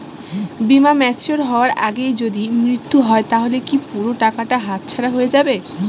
বীমা ম্যাচিওর হয়ার আগেই যদি মৃত্যু হয় তাহলে কি পুরো টাকাটা হাতছাড়া হয়ে যাবে?